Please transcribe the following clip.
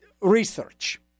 research